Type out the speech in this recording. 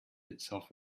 itself